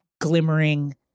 glimmering